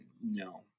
No